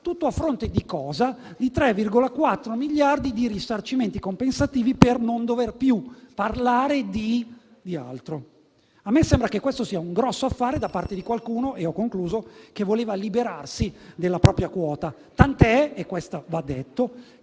Tutto a fronte di 3,4 miliardi di euro di risarcimenti compensativi per non dover più parlare di altro. A me sembra che questo sia un grosso affare da parte di qualcuno che voleva liberarsi della propria quota. Tanto che va detto